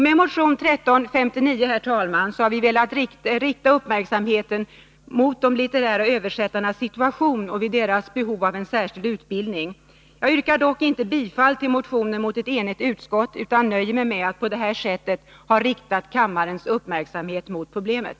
Med motion 1359 har vi, herr talman, velat fästa uppmärksamheten på de litterära översättarnas situation och deras behov av särskild utbildning. Jag yrkar dock inte bifall till motionen mot ett enigt utskott, utan nöjer mig med att på detta sätt ha riktat kammarens uppmärksamhet på problemet.